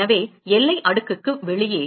எனவே எல்லை அடுக்குக்கு வெளியே